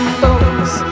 folks